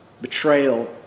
Betrayal